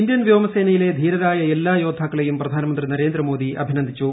Indian വ്യോമസേനയിലെ ധീരരായ എല്ലാ യോദ്ധാക്കളെയും പ്രധാനമന്ത്രി നരേന്ദ്ര മോദി അഭിനന്ദിച്ചു